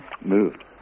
moved